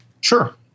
Sure